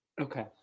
Okay